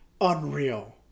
unreal